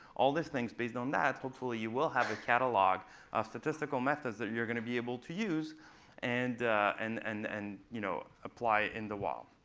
all those things based on that, hopefully, you will have a catalog of statistical methods that you're going to be able to use and and and and you know apply it in the wild.